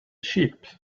sheep